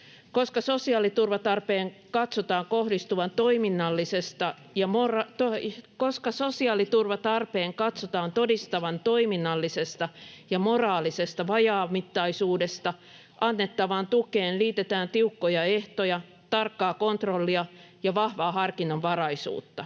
Koska sosiaaliturvatarpeen katsotaan todistavan toiminnallisesta ja moraalisesta vajaamittaisuudesta, annettavaan tukeen liitetään tiukkoja ehtoja, tarkkaa kontrollia ja vahvaa harkinnanvaraisuutta.